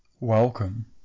Welcome